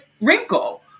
wrinkle